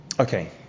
Okay